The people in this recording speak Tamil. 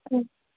ம்